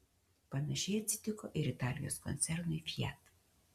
panašiai atsitiko ir italijos koncernui fiat